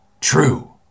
True